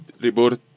report